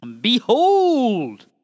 behold